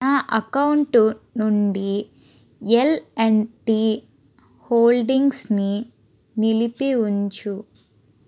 నా అకౌంటు నుండి L and T హోల్డింగ్స్ని నిలిపి ఉంచుము